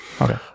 Okay